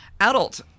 adult